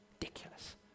ridiculous